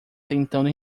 tentando